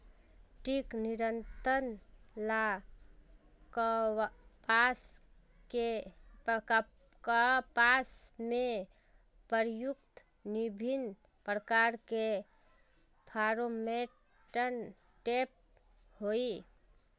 कीट नियंत्रण ला कपास में प्रयुक्त विभिन्न प्रकार के फेरोमोनटैप होई?